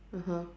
(uh huh)